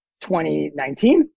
2019